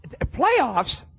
playoffs